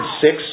six